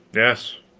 yes.